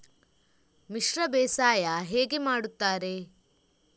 ಮಿಶ್ರ ಬೇಸಾಯ ಹೇಗೆ ಮಾಡುತ್ತಾರೆ?